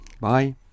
Bye